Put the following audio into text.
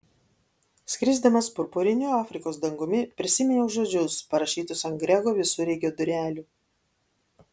skrisdamas purpuriniu afrikos dangumi prisiminiau žodžius parašytus ant grego visureigio durelių